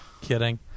Kidding